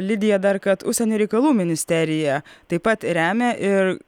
lidija dar kad užsienio reikalų ministerija taip pat remia ir